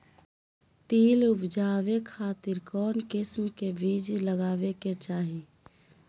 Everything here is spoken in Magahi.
तिल उबजाबे खातिर कौन किस्म के बीज लगावे के चाही?